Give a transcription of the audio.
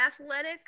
athletics